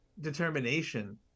determination